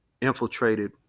infiltrated